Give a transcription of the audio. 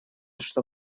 что